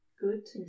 good